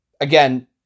again